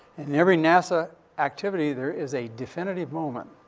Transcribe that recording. in every nasa activity, there is a definitive moment.